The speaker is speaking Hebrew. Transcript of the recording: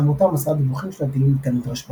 העמותה מסרה דיווחים שנתיים כנדרש בחוק,